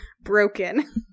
Broken